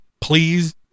Please